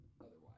otherwise